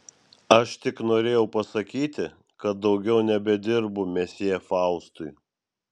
aš tik norėjau pasakyti kad daugiau nebedirbu mesjė faustui